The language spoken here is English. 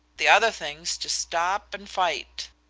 the other thing's to stop and fight!